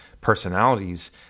personalities